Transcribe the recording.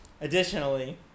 Additionally